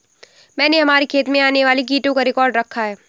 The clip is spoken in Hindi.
मैंने हमारे खेत में आने वाले कीटों का रिकॉर्ड रखा है